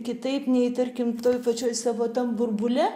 kitaip nei tarkim toj pačioj savo tam burbule